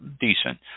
decent